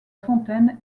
fontaine